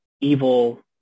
evil